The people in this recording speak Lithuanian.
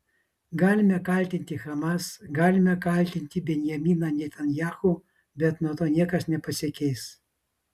galime kaltinti hamas galime kaltinti benjaminą netanyahu bet nuo to niekas nepasikeis